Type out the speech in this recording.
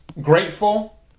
Grateful